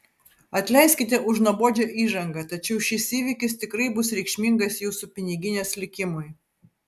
atleiskite už nuobodžią įžangą tačiau šis įvykis tikrai bus reikšmingas jūsų piniginės likimui